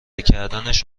کردنش